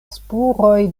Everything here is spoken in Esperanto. spuroj